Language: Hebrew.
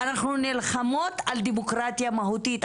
ואנחנו נלחמות על דמוקרטיה מהותית,